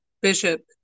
Bishop